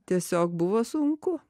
tiesiog buvo sunku